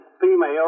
female